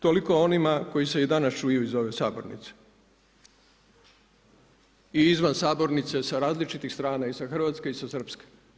Toliko o onima koji se i danas čuju iz ove sabornice i izvan sabornice sa različitih strana i sa Hrvatske i sa Srpske.